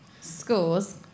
scores